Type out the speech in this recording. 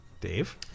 Dave